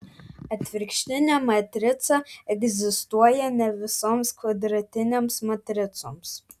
atvirkštinė matrica egzistuoja ne visoms kvadratinėms matricoms